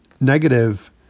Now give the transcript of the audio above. negative